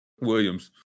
Williams